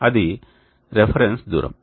అది రిఫరెన్స్ దూరం